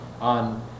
on